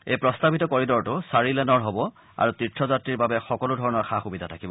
এই প্ৰস্তাৱিত কৰিডৰটো চাৰি লেনৰ হ'ব আৰু তীৰ্থযাত্ৰীৰ বাবে সকলো ধৰণৰ সা সুবিধা থাকিব